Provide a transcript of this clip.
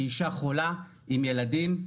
היא אישה חולה עם ילדים,